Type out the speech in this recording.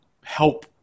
help